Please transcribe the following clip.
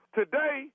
today